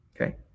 Okay